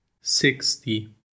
sixty